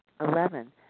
Eleven